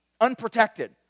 unprotected